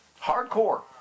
Hardcore